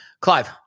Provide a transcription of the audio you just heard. Clive